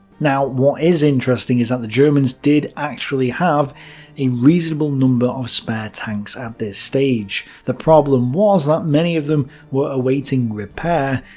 now what's interesting is that the germans did actually have a reasonable number of spare tanks at this stage. the problem was that many of them were awaiting repair,